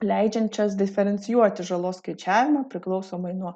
leidžiančias diferencijuoti žalos skaičiavimą priklausomai nuo